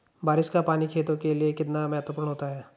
बारिश का पानी खेतों के लिये कितना महत्वपूर्ण होता है?